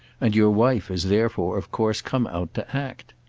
and your wife has therefore of course come out to act.